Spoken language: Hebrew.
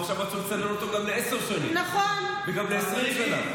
ועכשיו רצו לצנן אותו גם לעשר שנים וגם ל-20 שנה.